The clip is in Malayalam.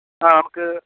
ആ നമുക്ക്